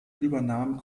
übernahm